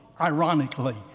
ironically